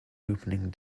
opening